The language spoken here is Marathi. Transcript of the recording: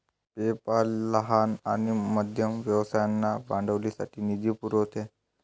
पेपाल लहान आणि मध्यम व्यवसायांना भांडवलासाठी निधी पुरवते